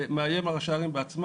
זה מאיים על ראשי ערים בעצמם.